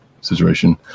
situation